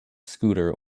scooter